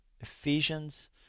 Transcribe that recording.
Ephesians